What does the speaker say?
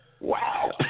Wow